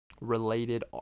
related